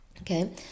okay